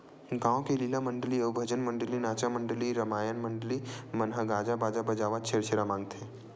गाँव के लीला मंडली अउ भजन मंडली, नाचा मंडली, रमायन मंडली मन ह गाजा बाजा बजावत छेरछेरा मागथे